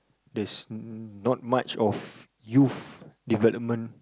there's not much of youth development